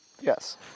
Yes